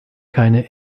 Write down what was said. keine